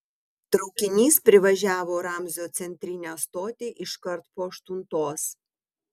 traukinys privažiavo ramzio centrinę stotį iškart po aštuntos